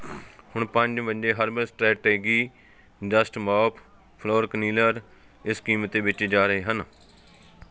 ਹੁਣ ਪੰਜ ਵਜੇ herbal strategy just mop floor cleaner ਇਸ ਕੀਮਤ ਵਿੱਚ ਜਾ ਰਹੇ ਹਨ